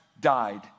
died